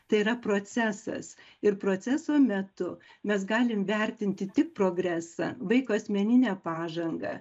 tai yra procesas ir proceso metu mes galim vertinti tik progresą vaiko asmeninę pažangą